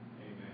Amen